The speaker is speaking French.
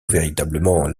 véritablement